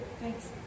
Thanks